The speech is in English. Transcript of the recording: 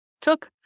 took